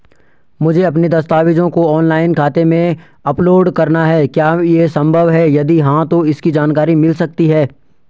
मुझे अपने दस्तावेज़ों को ऑनलाइन खाते में अपलोड करना है क्या ये संभव है यदि हाँ तो इसकी जानकारी मिल सकती है?